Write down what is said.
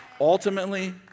ultimately